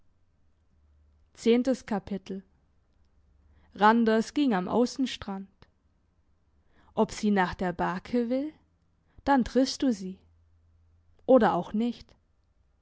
randers ging am aussenstrand ob sie nach der bake will dann triffst du sie oder auch nicht